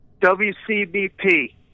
wcbp